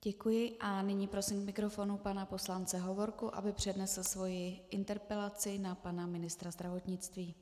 Děkuji a nyní prosím k mikrofonu pana poslance Hovorku, aby přednesl svoji interpelaci na pana ministra zdravotnictví.